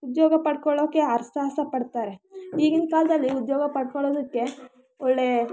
ಉದ್ಯೋಗ ಪಡ್ಕೊಳ್ಳೋಕ್ಕೆ ಹರ ಸಾಹಸಪಡ್ತಾರೆ ಈಗಿನ ಕಾಲದಲ್ಲಿ ಉದ್ಯೋಗ ಪಡ್ಕೊಳ್ಳೋದಕ್ಕೆ ಒಳ್ಳೆಯ